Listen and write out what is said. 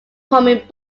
homing